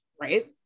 Right